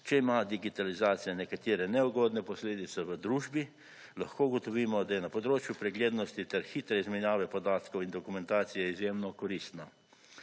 Če ima digitalizacija nekatere neudogne posledice v družbi lahko ugotovimo, da je na področju preglednosti ter hitre izmenjave podatkov in dokumentacije izjemno koristno.